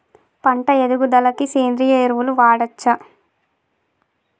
పంట ఎదుగుదలకి సేంద్రీయ ఎరువులు వాడచ్చా?